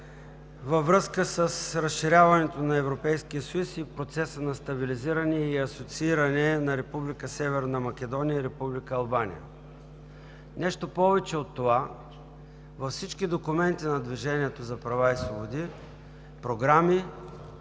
във връзка с разширяването на Европейския съюз и Процеса на стабилизиране и асоцииране на Република Северна Македония и Република Албания. Нещо повече от това. Във всички документи на „Движението за права и свободи“ – програми,